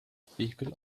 vehikel